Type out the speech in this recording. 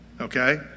okay